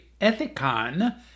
Ethicon